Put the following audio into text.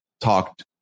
talked